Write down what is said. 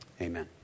Amen